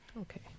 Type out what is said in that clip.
okay